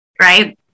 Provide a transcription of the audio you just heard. right